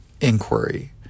inquiry